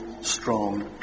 strong